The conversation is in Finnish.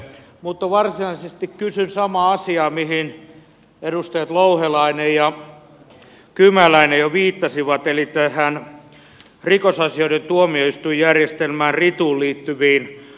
mutta varsinaisesti kysyn samasta asiasta mihin edustajat louhelainen ja kymäläinen jo viittasivat eli tähän rikosasioiden tuomioistuinjärjestelmään rituun liittyvistä ongelmista